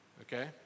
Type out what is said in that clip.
Okay